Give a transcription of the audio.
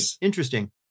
interesting